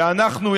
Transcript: ואנחנו,